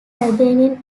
albanian